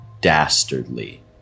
dastardly